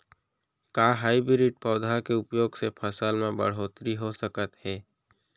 का हाइब्रिड पौधा के उपयोग से फसल म बढ़होत्तरी हो सकत हे?